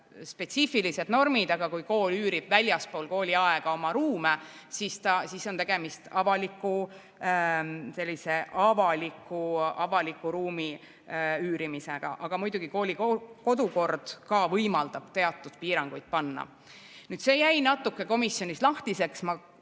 spetsiifilised normid, aga kui kool üürib väljaspool õppeaega oma ruume, siis on tegemist avaliku ruumi üürimisega. Aga muidugi, kooli kodukord võimaldab teatud piiranguid panna. See jäi komisjonis natuke lahtiseks. Ma